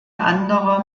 anderer